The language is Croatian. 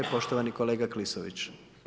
Poštovani kolega Klisović.